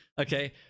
Okay